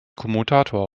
kommutator